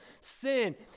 sin